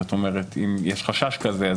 אם יש חשש כזה,